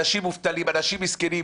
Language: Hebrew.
אנשים מובטלים, אנשים מסכנים.